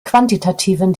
quantitativen